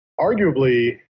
Arguably